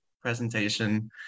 presentation